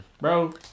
Bro